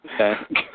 Okay